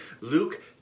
Luke